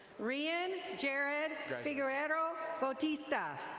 rian jerrod figurero botista.